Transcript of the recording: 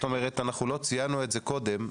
לא ציינו את זה קודם,